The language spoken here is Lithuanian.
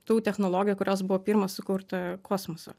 tų technologijų kurios buvo pirmos sukurta kosmoso